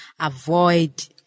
avoid